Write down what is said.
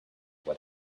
what